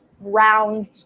round